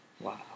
wow